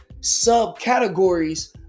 subcategories